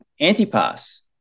Antipas